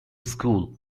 school